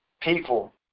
people